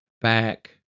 back